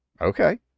Okay